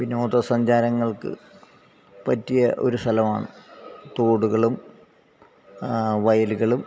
വിനോദ സഞ്ചാരങ്ങള്ക്ക് പറ്റിയ ഒരു സലമാണ് തോടുകളും വയലുകളും